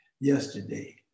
yesterday